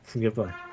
goodbye